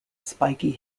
spiky